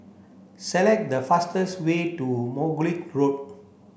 select the fastest way to Margoliouth Road